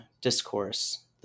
discourse